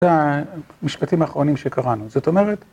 זה המשפטים האחרונים שקראנו, זאת אומרת...